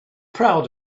proud